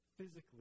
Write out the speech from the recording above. physically